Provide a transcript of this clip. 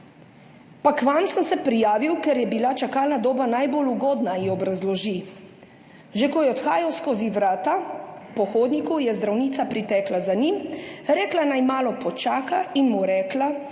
»Pa k vam sem se prijavil, ker je bila čakalna doba najbolj ugodna«, ji obrazloži. Že ko je odhajal skozi vrata po hodniku, je zdravnica pritekla za njim, rekla, naj malo počaka, in mu rekla,